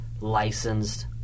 licensed